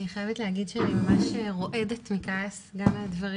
אני חייבת להגיד שאני ממש רועדת מכעס מהדברים